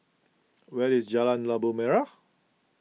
where is Jalan Labu Merah